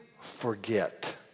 forget